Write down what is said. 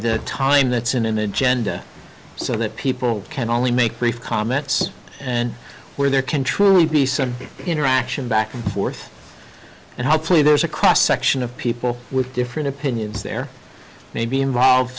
the time that's in an agenda so that people can only make brief comments and where there can truly be some interaction back and forth and hopefully there's a cross section of people with different opinions there maybe involve